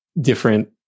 different